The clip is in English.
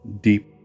Deep